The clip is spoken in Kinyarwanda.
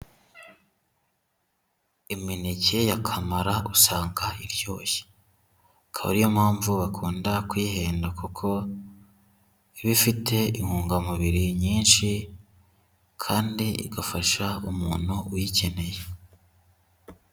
Imineke ya kamara usanga iryoshye. Akaba ari yo mpamvu bakunda kuyihenda kuko iba ifite intungamubiri nyinshi kandi igafasha umuntu uyikeneye.